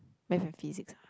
math and physics ah